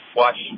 watch